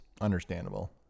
understandable